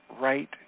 right